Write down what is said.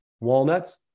Walnuts